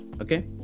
Okay